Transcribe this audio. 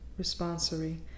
Responsory